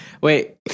Wait